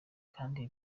kandi